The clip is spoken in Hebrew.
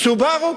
"סובארו"?